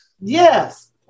Yes